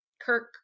Kirk